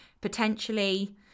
potentially